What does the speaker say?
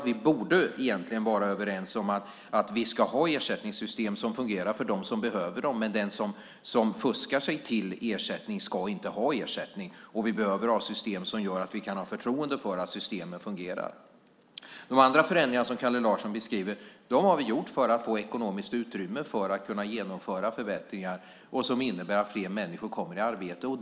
Vi borde egentligen vara överens om att vi ska ha ersättningssystem som fungerar för dem som behöver dem men att den som fuskar sig till ersättning inte ska ha ersättning. Vi behöver ha system som gör att vi kan ha förtroende för att systemen fungerar. De andra förändringar som Kalle Larsson beskriver har vi gjort för att få ekonomiskt utrymme för att kunna genomföra förbättringar som innebär att fler människor kommer i arbete.